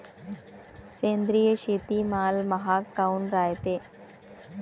सेंद्रिय शेतीमाल महाग काऊन रायते?